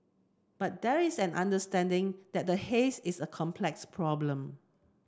but there is an understanding that the haze is a complex problem